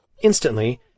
Instantly